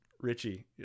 Richie